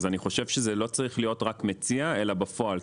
אז אני חושב שזה לא צריך רק מציע אלא בפועל,